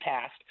passed